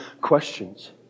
questions